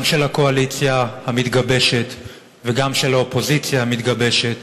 גם של הקואליציה המתגבשת וגם של האופוזיציה המתגבשת,